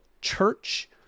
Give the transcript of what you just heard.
church